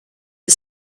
you